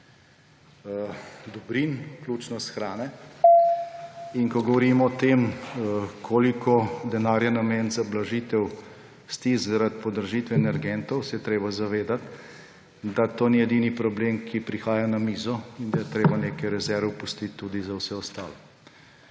dobrin, vključno s hrano. In ko govorimo o tem, koliko denarja nameniti za blažitev stisk zaradi podražitve energentov, se je treba zavedati, da to ni edini problem, ki prihaja na mizo, in da je treba nekaj rezerv pustiti tudi za vse ostalo.